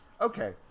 okay